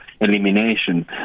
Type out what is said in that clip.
elimination